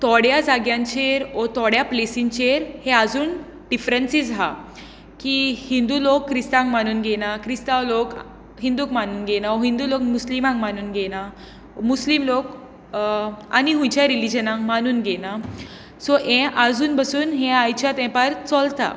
थोड्या जाग्यांचेर वा थोड्या प्लेसिंचेर हें आजून डिफ्रंसीस आसा की हिंदू लोक क्रिस्तावांक मानून घेयनात क्रिस्तांव लोक हिंदूंक मानून घेनात वा हिंदू लोक मुस्लिमांक मानून घेनात मुस्लिम लोक आनी खंयच्याय रिलीजनाक मानून घेनात सो हें आजून पासून हें आयच्या तेंपार चलतात